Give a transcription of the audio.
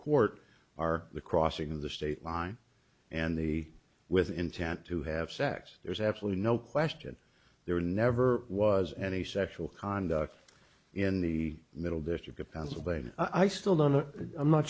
court are the crossing of the state line and the with intent to have sex there's absolutely no question there never was any sexual conduct in the middle district of pennsylvania i still don't know i'm not